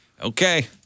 Okay